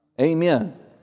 Amen